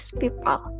people